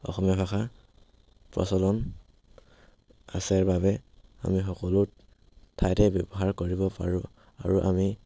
অসমীয়া ভাষাৰ প্ৰচলন আছে বাবে আমি সকলো ঠাইতে ব্যৱহাৰ কৰিব পাৰোঁ আৰু আমি